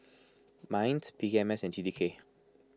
Minds P K M S and T T K